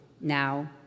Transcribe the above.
now